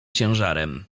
ciężarem